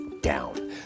down